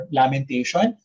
lamentation